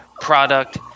product